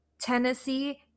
Tennessee